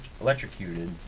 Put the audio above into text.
electrocuted